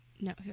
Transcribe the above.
No